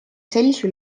sellise